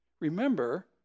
remember